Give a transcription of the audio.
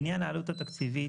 לעניין העלות התקציבית,